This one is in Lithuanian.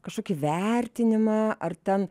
kažkokį vertinimą ar ten